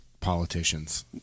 politicians